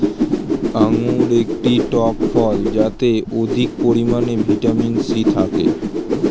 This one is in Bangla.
আঙুর একটি টক ফল যাতে অধিক পরিমাণে ভিটামিন সি থাকে